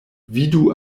vidu